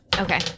okay